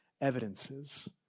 evidences